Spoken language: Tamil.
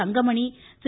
தங்கமணி திரு